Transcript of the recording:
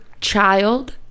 child